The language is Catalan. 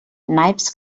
naips